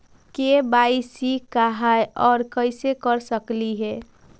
KYC का है, और कैसे कर सकली हे?